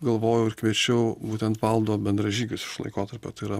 galvojau ir kviečiau būtent valdo bendražygius iš laikotarpio tai yra